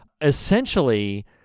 essentially